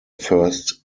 first